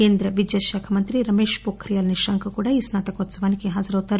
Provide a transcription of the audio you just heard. కేంద్ర విద్యా శాఖ మంత్రి రమేశ్ పొఖ్రియాల్ నిశాంక్ కూడా స్సా తకోత్సవానికి హాజరవుతారు